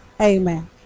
Amen